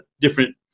different